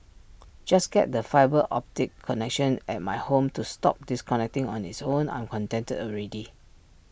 just get the fibre optic connection at my home to stop disconnecting on its own I'm contented already